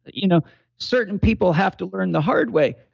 ah you know certain people have to learn the hard way.